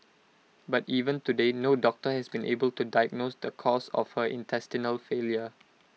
but even today no doctor has been able to diagnose the cause of her intestinal failure